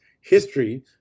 history